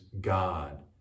God